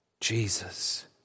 Jesus